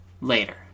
later